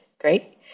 great